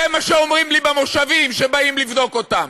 זה מה שאומרים לי במושבים שבאים לבדוק אותם.